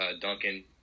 Duncan